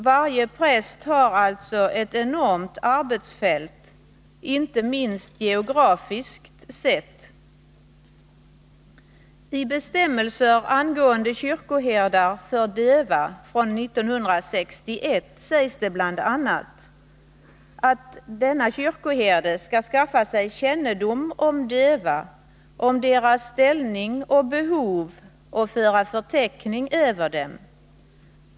Varje präst har alltså ett enormt arbetsfält, inte minst geografiskt sett. I bestämmelser från 1961 angående kyrkoherdar för döva sägs bl.a. att denne kyrkoherde skall skaffa sig kännedom om döva, om deras ställning och behov, och föra förteckning över dem.